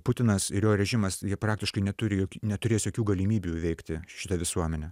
putinas ir jo režimas jie praktiškai neturi jok neturės jokių galimybių įveikti šitą visuomenę